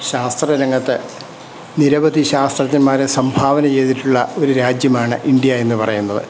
ശാസ്ത്രരംഗത്ത് നിരവധി ശാസ്ത്രജ്ഞന്മാരെ സംഭാവന ചെയ്തിട്ടുള്ള ഒരു രാജ്യമാണ് ഇന്ത്യ എന്ന് പറയുന്നത്